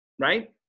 right